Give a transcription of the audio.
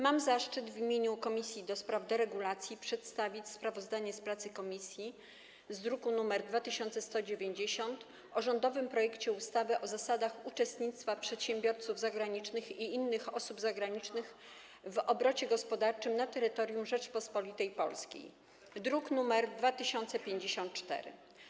Mam zaszczyt w imieniu komisji do spraw deregulacji przedstawić sprawozdanie z pracy komisji, z druku nr 2190, o rządowym projekcie ustawy o zasadach uczestnictwa przedsiębiorców zagranicznych i innych osób zagranicznych w obrocie gospodarczym na terytorium Rzeczypospolitej Polskiej, druk nr 2054.